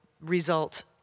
result